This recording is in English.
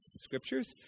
scriptures